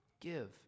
Give